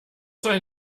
sollen